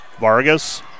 Vargas